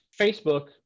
Facebook